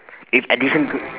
if addition to